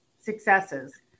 successes